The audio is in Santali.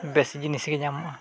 ᱵᱮᱥ ᱡᱤᱱᱤᱥᱜᱮ ᱧᱟᱢᱚᱜᱼᱟ